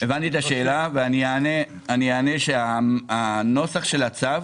הבנתי את השאלה ואני אענה שהנוסח של הצו